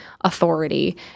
authority